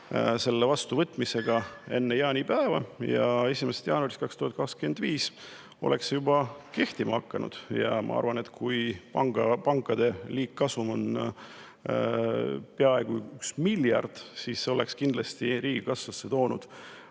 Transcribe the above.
selle vastuvõtmiseni enne jaanipäeva ja 1. jaanuarist 2025 oleks see juba kehtima hakanud. Ma arvan, et kui pankade liigkasum on peaaegu 1 miljard, siis see oleks toonud riigikassasse